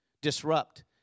disrupt